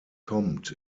kommt